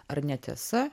ar netiesa